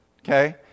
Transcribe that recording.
okay